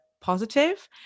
positive